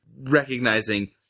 recognizing